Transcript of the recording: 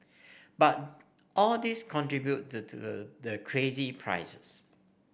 but all these contribute the crazy prices